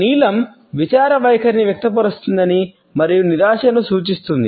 నీలం విచార వైఖరిని వ్యక్తపరుస్తుంది మరియు నిరాశను సూచిస్తుంది